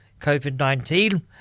COVID-19